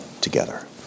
together